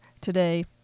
today